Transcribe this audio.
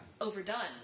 overdone